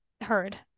heard